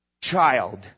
Child